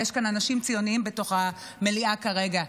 ויש כאן אנשים ציונים במליאה כרגע: